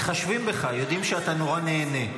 מתחשבים בך, יודעים שאתה נורא נהנה.